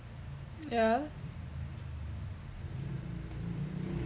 ya